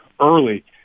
early